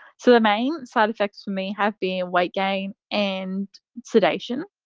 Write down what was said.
so the main side-effects for me have been weight gain and sedation.